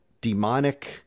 demonic